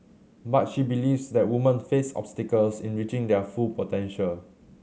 but she believes that women face obstacles in reaching their full potential